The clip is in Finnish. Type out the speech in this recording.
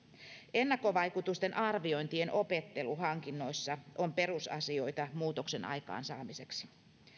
ennakkovaikutusten arviointien opettelu hankinnoissa on perusasioita muutoksen aikaansaamiseksi